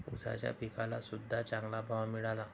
ऊसाच्या पिकाला सद्ध्या चांगला भाव मिळाला